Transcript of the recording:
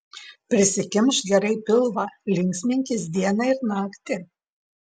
prisikimšk gerai pilvą linksminkis dieną ir naktį